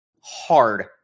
hard